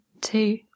two